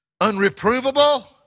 unreprovable